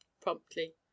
promptly